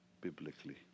biblically